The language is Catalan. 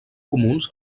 comuns